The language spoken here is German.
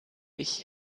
ich